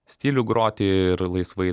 stilių groti ir laisvai